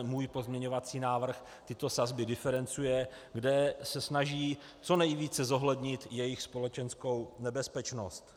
Můj pozměňovací návrh tyto sazby diferencuje, kde se snaží co nejvíce zohlednit jejich společenskou nebezpečnost.